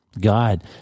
God